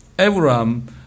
Abraham